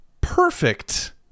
perfect